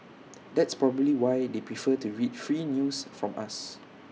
that's probably why they prefer to read free news from us